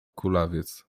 kulawiec